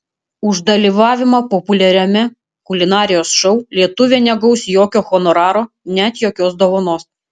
už dalyvavimą populiariame kulinarijos šou lietuvė negaus jokio honoraro net jokios dovanos